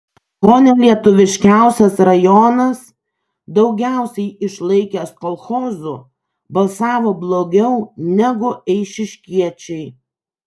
ko ne lietuviškiausias rajonas daugiausiai išlaikęs kolchozų balsavo blogiau negu eišiškiečiai